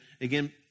again